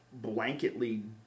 blanketly